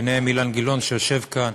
ביניהם אילן גילאון שיושב כאן,